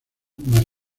más